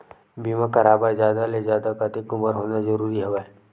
बीमा कराय बर जादा ले जादा कतेक उमर होना जरूरी हवय?